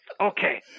Okay